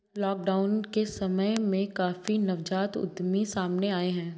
lockdown के समय में काफी नवजात उद्यमी सामने आए हैं